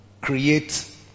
create